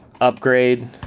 upgrade